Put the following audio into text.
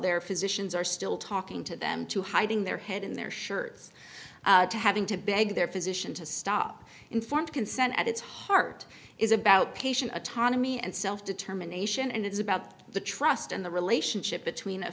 their physicians are still talking to them to hiding their head in their shirts to having to beg their physician to stop informed consent at its heart is about patient autonomy and self determination and it's about the trust and the relationship between a